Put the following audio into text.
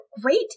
great